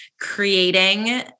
creating